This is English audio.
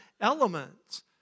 elements